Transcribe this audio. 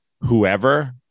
whoever